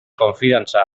konfidantza